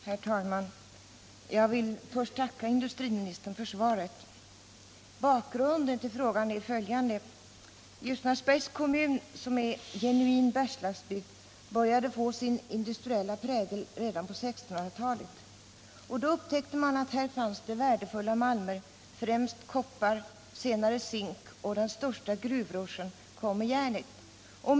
Herr talman! Jag vill först tacka industriministern för svaret på min fråga. Bakgrunden till frågan är följande: Ljusnarsbergs kommun, som ären genuin Bergslagsbygd, började få sin industriella prägel redan på 1600 talet, Då upptäckte man att här fanns värdefulla malmer, främst koppar, senare zink. Den största gruvruschen kom med järnet.